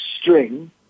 string